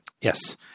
Yes